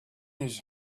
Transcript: his